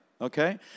okay